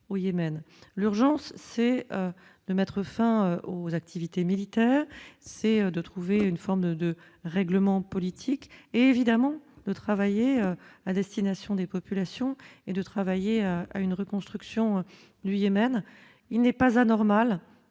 l'urgence c'est de mettre fin aux activités militaires, c'est de trouver une forme de règlement politique évidemment de travailler à destination des populations et de travailler à une reconstruction du Yémen, il n'est pas anormal